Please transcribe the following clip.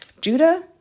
Judah